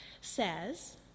says